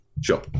Sure